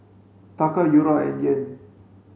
Taka Euro and Yen